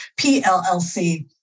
PLLC